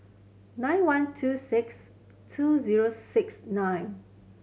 nine one two six two zero six nine